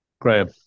Graham